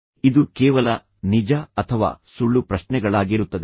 ಇದು ಕೇವಲ ನಿಜ ಅಥವಾ ಸುಳ್ಳು ಪ್ರಶ್ನೆಗಳಾಗಿರುತ್ತದೆ